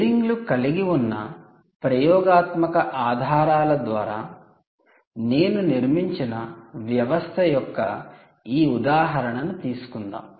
బేరింగ్లు కలిగి ఉన్న ప్రయోగాత్మక ఆధారాల ద్వారా నేను నిర్మించిన వ్యవస్థ యొక్క ఈ ఉదాహరణను తీసుకుందాం